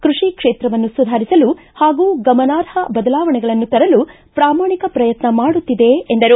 ಕೃಷಿ ಕ್ಷೇತ್ರವನ್ನು ಸುಧಾರಿಸಲು ಹಾಗೂ ಗಮನಾರ್ಹ ಬದಲಾವಣೆಗಳನ್ನು ತರಲು ಪ್ರಾಮಾಣಿಕ ಪ್ರಯತ್ನ ಮಾಡುತ್ತಿದೆ ಎಂದರು